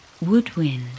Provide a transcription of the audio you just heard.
Woodwind